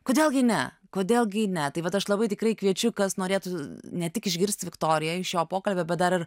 kodėl gi ne kodėl gi ne tai vat aš labai tikrai kviečiu kas norėtų ne tik išgirst viktoriją iš šio pokalbio bet dar ir